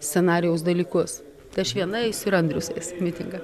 scenarijaus dalykus aš viena eisiu ir andrius mitingą